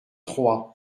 trois